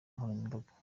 nkoranyambaga